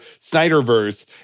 Snyderverse